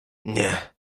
nie